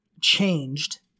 changed